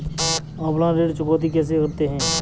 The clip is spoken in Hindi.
ऑफलाइन ऋण चुकौती कैसे करते हैं?